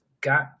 got